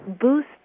boost